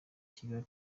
kigali